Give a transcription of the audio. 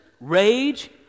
rage